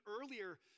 earlier